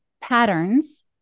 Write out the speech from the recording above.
patterns